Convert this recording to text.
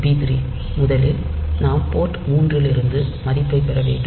பி3 முதலில் நாம் போர்ட் 3 இலிருந்து மதிப்பைப் பெற வேண்டும்